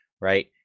right